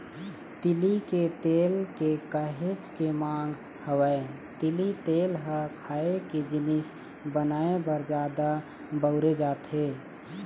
तिली के तेल के काहेच के मांग हवय, तिली तेल ह खाए के जिनिस बनाए बर जादा बउरे जाथे